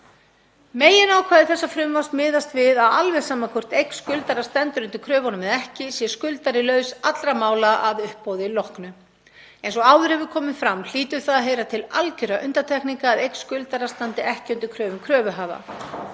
Meginákvæði þessa frumvarps miðast við að alveg sama hvort eign skuldara stendur undir kröfunum eða ekki sé skuldari laus allra mála að uppboði loknu. Eins og áður hefur komið fram hlýtur það að heyra til algjörra undantekninga að eign skuldara standi ekki undir kröfum kröfuhafa.